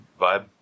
vibe